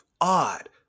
odd